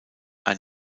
ein